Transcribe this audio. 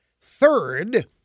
Third